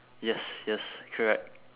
yes yes correct